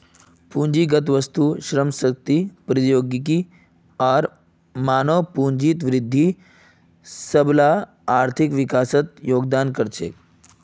पूंजीगत वस्तु, श्रम शक्ति, प्रौद्योगिकी आर मानव पूंजीत वृद्धि सबला आर्थिक विकासत योगदान कर छेक